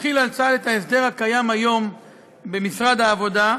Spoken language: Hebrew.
החיל על צה"ל את ההסדר הקיים היום במשרד העבודה,